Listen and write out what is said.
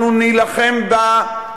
אנחנו נילחם בה,